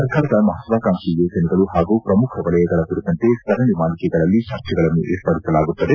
ಸರ್ಕಾರದ ಮಹತ್ವಾಕಾಂಕ್ಲಿ ಯೋಜನೆಗಳು ಹಾಗೂ ಪ್ರಮುಖ ವಲಯಗಳ ಕುರಿತಂತೆ ಸರಣಿ ಮಾಲಿಕೆಗಳಲ್ಲಿ ಚರ್ಚೆಗಳನ್ನು ಏರ್ಪಡಿಸಲಾಗುತ್ತದೆ